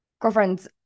Girlfriends